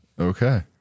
Okay